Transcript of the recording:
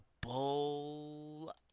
bowl